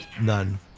none